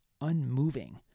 unmoving